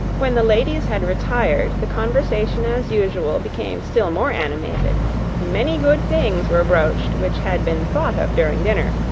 when the ladies had retired, the conversation, as usual, became still more animated many good things were broached which had been thought of during dinner,